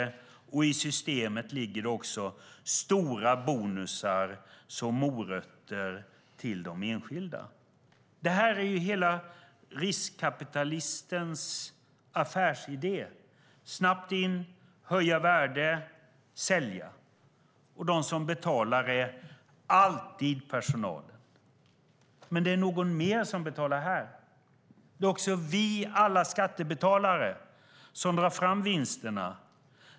I systemet ligger också stora bonusar som morötter för enskilda. Detta är riskkapitalistens hela affärsidé: snabbt in, höja värdet, sälja. De som betalar är alltid personalen. Men det är någon mer som betalar. Det är också alla vi skattebetalare som drar fram vinsterna.